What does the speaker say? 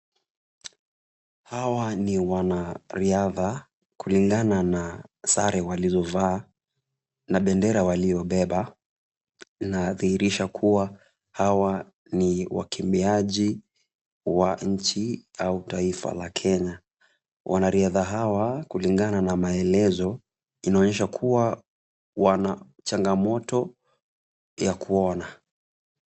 Hawa ni wanariadha kulingana na sare walizovaa na bendera waliyobeba. Inadhihirisha kuwa hawa ni wakimbiaji wa nchi au taifa la Kenya. Wanariadha hawa kulingana na maelezo inaonyesha kuwa wana changamoto ya kuona.